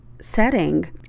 setting